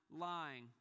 lying